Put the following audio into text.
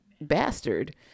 bastard